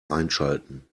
einschalten